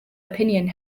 opinion